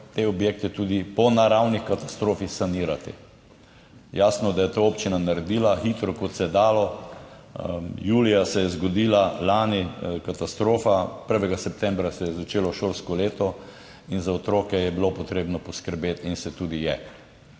te objekte tudi po naravni katastrofi sanirati. Jasno, da je to občina naredila hitro, kot se je dalo. Julija lani se je zgodila katastrofa. 1. septembra se je začelo šolsko leto, za otroke je bilo potrebno poskrbeti in se tudi je.